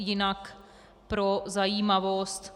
Jinak pro zajímavost.